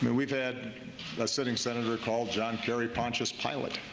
we've had a sitting senator call john kerry pontius pilate.